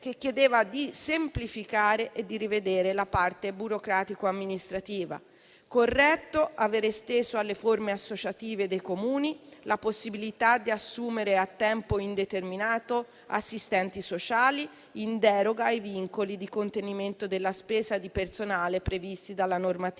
che chiedeva di semplificare e di rivedere la parte burocratico-amministrativa. È corretto avere esteso alle forme associative dei Comuni la possibilità di assumere a tempo indeterminato assistenti sociali in deroga ai vincoli di contenimento della spesa di personale previsti dalla normativa,